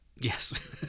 Yes